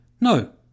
no